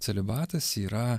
celibatas yra